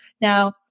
Now